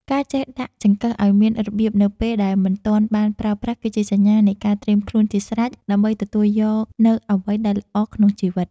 ការចេះដាក់ចង្កឹះឱ្យមានរបៀបនៅពេលដែលមិនទាន់បានប្រើប្រាស់គឺជាសញ្ញានៃការត្រៀមខ្លួនជាស្រេចដើម្បីទទួលយកនូវអ្វីដែលល្អក្នុងជីវិត។